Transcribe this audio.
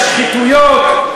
את מדברת על שחיתויות?